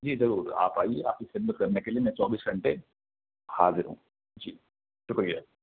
جی ضرور آپ آئیے آپ کی خدمت کرنے کے لیے میں چوبیس گھنٹے حاضر ہوں جی شکریہ